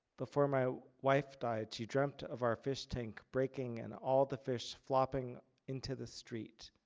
before my wife died, she dreamt of our fish tank breaking and all the fish flopping into the street.